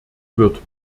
wird